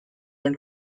and